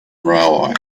railway